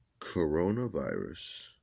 Coronavirus